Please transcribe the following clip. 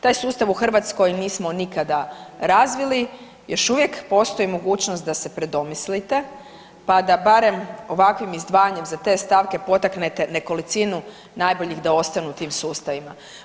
Taj sustav u Hrvatskoj nismo nikada razvili, još uvijek postoji mogućnost da se predomislite, pa da barem ovakvim izdvajanjem za te stavke potaknete nekolicinu najboljih da ostanu u tim sustavima.